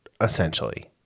essentially